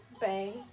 Bang